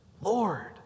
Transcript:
Lord